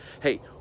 Hey